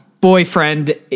Boyfriend